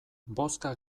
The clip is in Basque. bozka